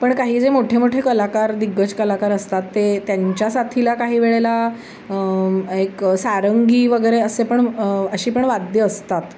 पण काही जे मोठे मोठे कलाकार दिग्गज कलाकार असतात ते त्यांच्या साथीला काही वेळेला एक सारंगी वगैरे असे पण अशी पण वाद्यं असतात